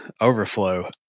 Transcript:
overflow